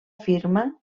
firma